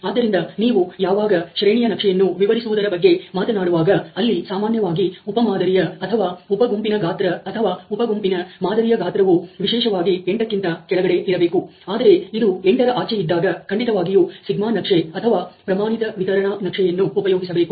ಆದ್ದರಿಂದ ನೀವು ಯಾವಾಗ ಶ್ರೇಣಿಯ ನಕ್ಷೆಯನ್ನು ವಿವರಿಸುವುದರ ಬಗ್ಗೆ ಮಾತನಾಡುವಾಗ ಅಲ್ಲಿ ಸಾಮಾನ್ಯವಾಗಿ ಉಪ ಮಾದರಿಯ ಅ ಥವಾ ಉಪ ಗುಂಪಿನ ಗಾತ್ರ ಅಥವಾ ಉಪ ಗುಂಪಿನ ಮಾದರಿಯ ಗಾತ್ರವು ವಿಶೇಷವಾಗಿಎಂಟಕ್ಕಿಂತ ಕೆಳಗಡೆ ಇರಬೇಕು ಆದರೆ ಇದು ಎಂಟರ ಆಚೆಗೆ ಇದ್ದಾಗ ಖಂಡಿತವಾಗಿಯೂ ಸಿಗ್ಮ ನಕ್ಷೆσ chart ಅಥವಾ ಪ್ರಮಾಣಿತ ವಿತರಣಾ ನಕ್ಷೆಯನ್ನು ಉಪಯೋಗಿಸಬೇಕು